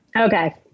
Okay